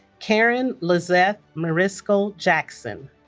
karen lizeth mariscal jackson